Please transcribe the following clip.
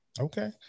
Okay